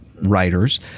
writers